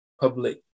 public